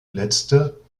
letzte